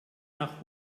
nach